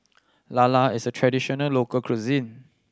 lala is a traditional local cuisine